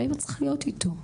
והאימא צריכה להיות איתו,